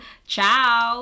Ciao